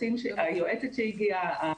היועצת שהגיעה.